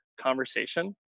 conversation